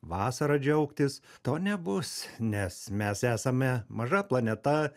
vasara džiaugtis to nebus nes mes esame maža planeta